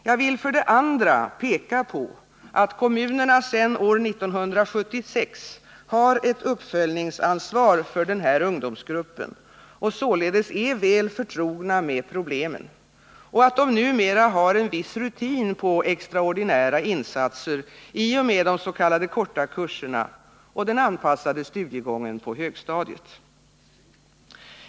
Jag vill för det andra peka på att kommunerna sedan år 1976 har ett uppföljningsansvar för denna ungdomsgrupp och således är väl förtrogna med problemen och att de numera har en viss rutin på extraordinära insatser i och med de s.k. korta kurserna och den anpassade studiegången på högstadiet.